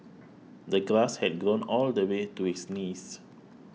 the grass had grown all the way to his knees